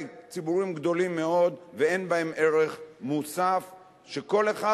ציבורים גדולים מאוד ואין בהן ערך מוסף שכל אחד